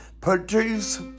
produce